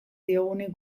diogunik